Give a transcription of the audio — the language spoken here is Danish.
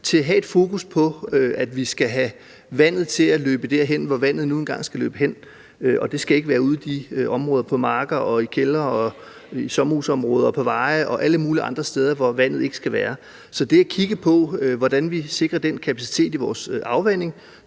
for at have et fokus på, at vi skal have vandet til at løbe derhen, hvor vandet nu engang skal løbe hen, og det skal ikke være ude i de områder på marker og i kældre og i sommerhusområder og på veje og alle mulige andre steder, hvor vandet ikke skal være. Så det handler om at kigge på, hvordan vi sikrer den kapacitet i vores afvanding,